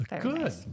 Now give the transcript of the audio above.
Good